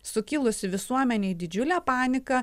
sukilusi visuomenė į didžiulę paniką